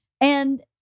And-